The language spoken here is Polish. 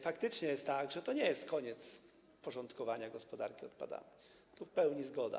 Faktycznie jest tak, że to nie jest koniec porządkowania gospodarki odpadami - tu w pełni zgoda.